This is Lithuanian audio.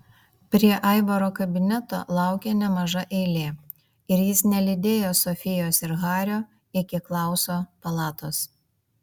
prie aivaro kabineto laukė nemaža eilė ir jis nelydėjo sofijos ir hario iki klauso palatos